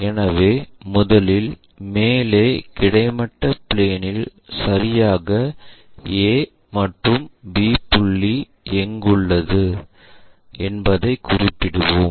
எனவே முதலில் மேலே கிடைமட்ட பிளேன் இல் சரியாக A மற்றும் B புள்ளி எங்குள்ளது என்பதைக் குறிப்பிடுவோம்